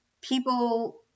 people